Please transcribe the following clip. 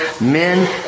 Men